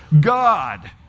god